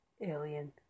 Alien